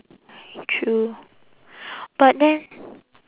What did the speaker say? true but then